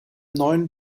neuen